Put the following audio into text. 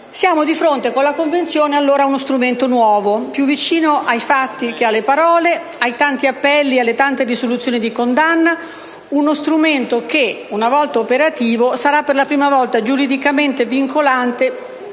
importante. Con la Convenzione siamo allora di fronte a uno strumento nuovo, più vicino ai fatti che alle parole, ai tanti appelli e alle tante risoluzioni di condanna; uno strumento che, una volta operativo, sarà per la prima volta giuridicamente vincolante